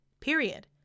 period